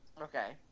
Okay